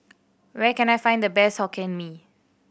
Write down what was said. where can I find the best Hokkien Mee